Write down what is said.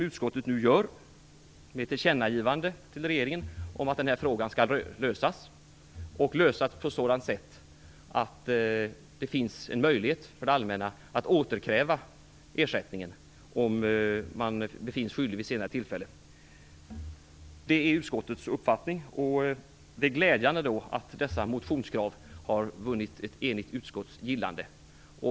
Utskottet gör nu ett tillkännagivande till regeringen om att denna fråga skall lösas på ett sådant sätt att det finns en möjlighet för det allmänna att återkräva ersättningen om personen i fråga vid senare tillfälle befinns skyldig. Det är utskottets uppfattning, och det är glädjande att dessa motionskrav har vunnit ett enigt utskotts gillande.